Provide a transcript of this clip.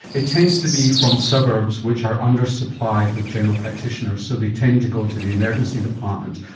it tends to be from suburbs which are under-supplied with general practitioners so they tend to go to the emergency department.